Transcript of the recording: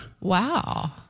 Wow